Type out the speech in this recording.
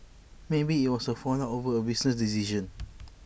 maybe IT was A fallout over A business decision